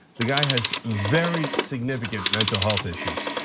the guy has very significant mental health issues.